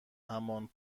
همان